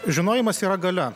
žinojimas yra galia